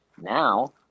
now